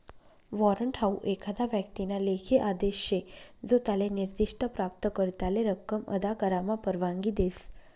warrant हाऊ एखादा व्यक्तीना लेखी आदेश शे जो त्याले निर्दिष्ठ प्राप्तकर्त्याले रक्कम अदा करामा परवानगी देस